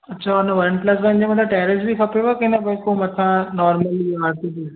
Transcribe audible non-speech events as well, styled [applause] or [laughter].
अच्छा उन one plus one जे मथां टैरेस बि खपेव के न बिल्कुलु मथां नोर्मली [unintelligible] जीअं